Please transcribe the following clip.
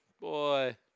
boy